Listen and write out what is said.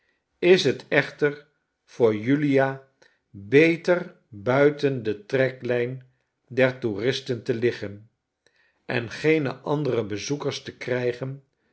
is het echter voor julia beter buiten de treklijn der toeristen te liggen en geene andere bezoekers te krijgen